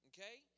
Okay